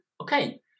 okay